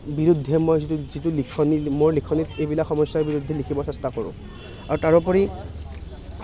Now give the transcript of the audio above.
বিৰুদ্ধে মই যদি যিটো লিখিনি মোৰ লিখনিত এইবিলাক সমস্যাৰ বিৰুদ্ধে লিখিবৰ চেষ্টা কৰোঁ আৰু তাৰোপৰি